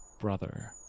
brother